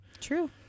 True